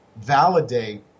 validate